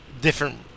different